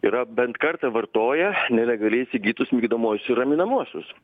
yra bent kartą vartoję nelegaliai įsigytus migdomuosius ir raminamuosius